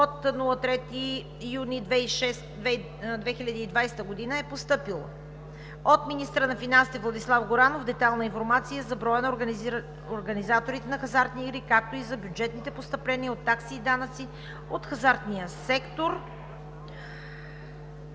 от 3 юни 2020 г., е постъпила от министъра на финансите Владислав Горанов детайлна информация за броя на организаторите на хазартни игри, както и за бюджетните постъпления от такси и данъци от хазартния сектор